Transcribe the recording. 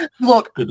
Look